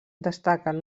destaquen